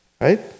right